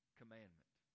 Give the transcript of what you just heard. commandment